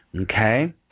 okay